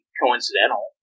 coincidental